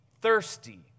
thirsty